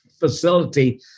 facility